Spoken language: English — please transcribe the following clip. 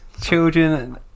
children